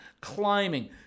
climbing